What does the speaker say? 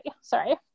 Sorry